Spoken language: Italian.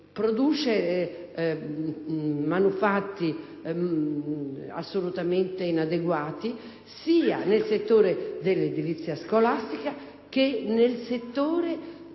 manufatti assolutamente inadeguati, sia nel settore dell'edilizia scolastica che nel settore